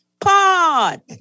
pod